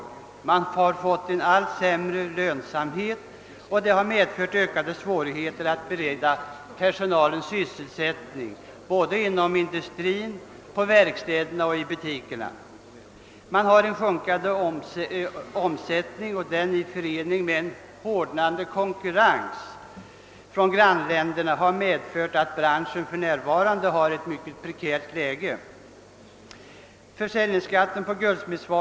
Lönsamheten har blivit allt sämre, vilket medfört ökade svårigheter att bereda personalen sysselsättning såväl inom industrin som på verkstäderna och i butikerna. Man har fått en sjunkande omsättning, vilket i förening med en hårdnande konkurrens från grannländerna medfört att branschen för närvarande befinner sig i ett mycket prekärt läge.